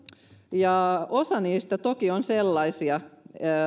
ja osa niistä toki on sellaisia